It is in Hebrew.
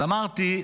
אז אמרתי,